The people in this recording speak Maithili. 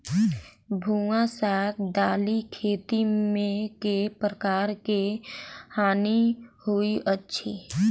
भुआ सँ दालि खेती मे केँ प्रकार केँ हानि होइ अछि?